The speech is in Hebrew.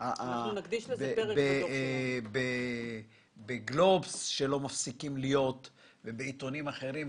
בגלובס ובעיתונים אחרים.